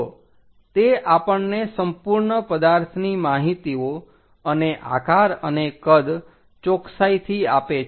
તો તે આપણને સંપૂર્ણ પદાર્થની માહિતીઓ અને આકાર અને કદ ચોકસાઈથી આપે છે